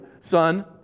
son